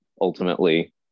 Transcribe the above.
ultimately